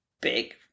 big